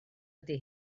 ydy